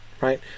right